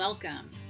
Welcome